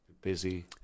busy